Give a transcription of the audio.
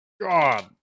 God